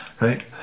right